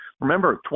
Remember